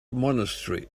monastery